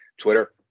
Twitter